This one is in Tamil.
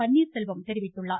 பன்னீர்செல்வம் தெரிவித்துள்ளார்